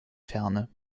ferne